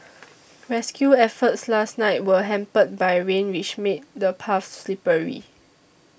rescue efforts last night were hampered by rain which made the paths slippery